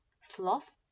sloth